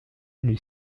lui